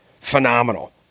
phenomenal